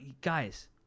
guys